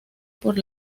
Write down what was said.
por